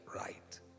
right